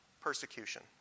persecution